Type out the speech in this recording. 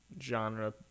genre